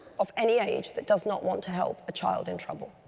of any age, that does not want to help a child in trouble.